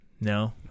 No